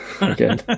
again